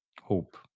Hope